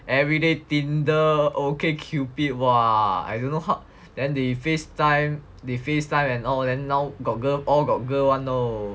everyday Tinder Okcupid !wah! I don't know how then they facetime they facetime and all then now got girl all got girl [one] know